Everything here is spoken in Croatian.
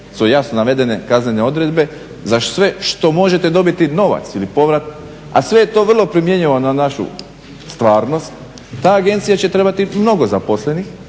su jasno navedene kaznene odredbe za sve što možete dobiti novac ili povrat a sve je to vrlo primjenjivo na našu stvarnost ta agencija će trebati mnogo zaposlenih.